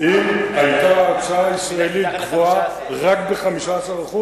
אם ההצעה הישראלית היתה גבוהה רק ב-15%,